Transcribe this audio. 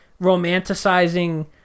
romanticizing